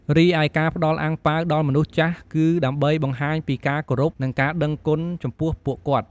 រីឯការផ្ដល់អាំងប៉ាវដល់មនុស្សចាស់ គឺដើម្បីបង្ហាញពីការគោរព និងការដឹងគុណចំពោះពួកគាត់។